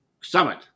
summit